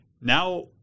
Now